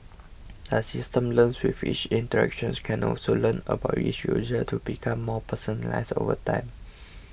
the system learns with each interactions can also learn about each user to become more personalised over time